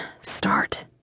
start